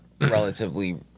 relatively